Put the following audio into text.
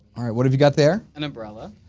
alright what have you got there? an umbrella.